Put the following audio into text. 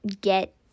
get